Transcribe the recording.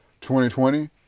2020